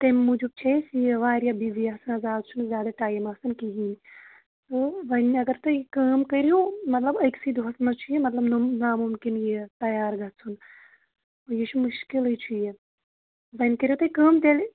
تمہِ موٗجوٗب چھِ أسۍ یہِ واریاہ بِزی آسان حظ آز چھُنہٕ زیادٕ ٹایم آسَان کِہیٖنۍ تہٕ وَنۍ اگر تُہۍ کٲم کٔرِو مطلب أکسٕے دۄہَس منٛز چھُ یہِ مطلب نوٚم نامُمکِن یہِ تَیار گژھُن یہِ چھُ مُشکِلٕے چھُ یہِ وَنۍ کٔرِو تُہۍ کٲم تیٚلہِ